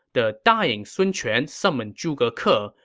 the dying sun quan summoned zhuge ke, ah